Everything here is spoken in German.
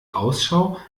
ausschau